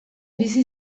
bizi